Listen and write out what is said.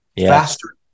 faster